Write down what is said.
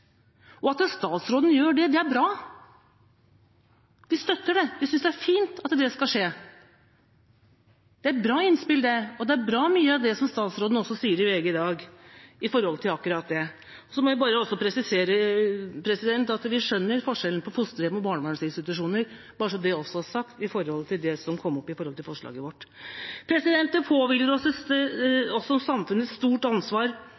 og at statsråden gjør det, er bra. Vi støtter det. Vi synes det er fint at det skal skje. Det er et bra innspill, og det er bra, mye av det som statsråden sier til VG i dag om akkurat det. Så må jeg presisere at vi skjønner forskjellen på fosterhjem og barnevernsinstitusjoner – bare så det er sagt til det som kom opp i forbindelse med forslaget vårt. Det påhviler oss som samfunn et stort ansvar